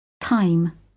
TIME